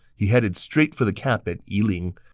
he headed straight for the camp at yiling,